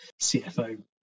CFO